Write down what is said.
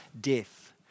death